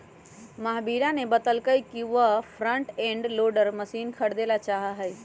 महावीरा ने बतल कई कि वह फ्रंट एंड लोडर मशीन खरीदेला चाहा हई